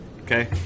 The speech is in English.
Okay